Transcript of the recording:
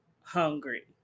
hungry